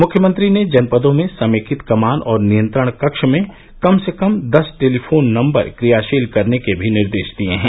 मुख्यमंत्री ने जनपदों में समेकित कमान और नियंत्रण कक्ष में कम से कम दस टेलीफोन नम्बर क्रियाशील करने के भी निर्देश दिये हैं